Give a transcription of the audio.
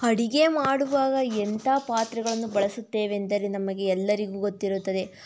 ಅಡುಗೆ ಮಾಡುವಾಗ ಎಂತಹ ಪಾತ್ರೆಗಳನ್ನು ಬಳಸುತ್ತೇವೆಂದರೆ ನಮಗೆ ಎಲ್ಲರಿಗೂ ಗೊತ್ತಿರುತ್ತದೆ